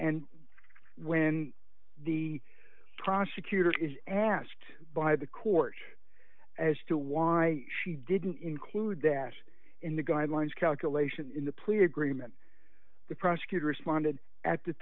and when the prosecutor is asked by the court as to why she didn't include that in the guidelines calculation in the plea agreement the prosecutor responded at the